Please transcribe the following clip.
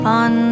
on